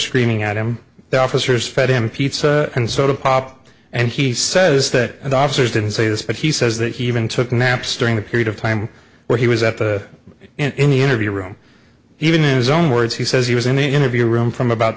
screaming at him the officers fed him pizza and soda pop and he says that the officers didn't say this but he says that he even took naps during the period of time where he was at the in the interview room even in his own words he says he was in the interview room from about